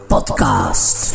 Podcast